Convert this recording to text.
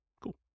Cool